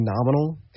phenomenal